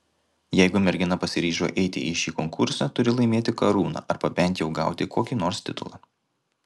jeigu mergina pasiryžo eiti į šį konkursą turi laimėti karūną arba bent jau gauti kokį nors titulą